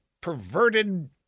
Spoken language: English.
perverted